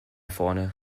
vorne